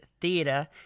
Theatre